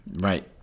Right